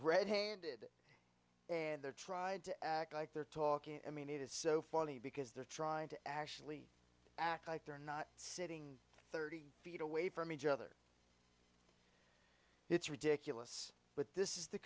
red handed and they're tried to act like they're talking i mean it is so funny because they're trying to actually act like they're not sitting thirty feet away from each other it's ridiculous but this is the